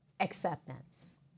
Acceptance